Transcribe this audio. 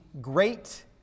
great